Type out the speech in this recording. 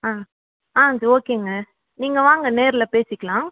ஆ ஆ ஓகேங்க நீங்கள் வாங்க நேரில் பேசிக்கலாம்